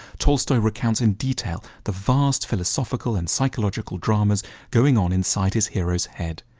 tolstoy recounts in detail the vast philosophical and psychological dramas going on inside his hero's head.